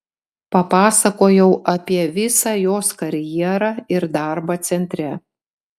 papasakojau apie visą jos karjerą ir darbą centre